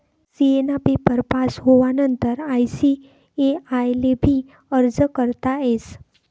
CA ना paper pass होवानंतर ICAI ले भी अर्ज करता येस